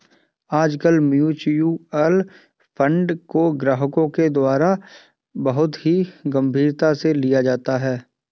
आजकल mutual fund को ग्राहकों के द्वारा बहुत ही गम्भीरता से लिया जाता है